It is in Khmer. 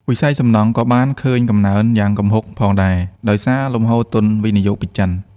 វិស័យសំណង់ក៏បានឃើញកំណើនយ៉ាងគំហុកផងដែរ ដោយសារលំហូរទុនវិនិយោគពីចិន។